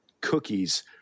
cookies